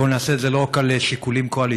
בואו נעשה את זה לא רק על שיקולים קואליציוניים,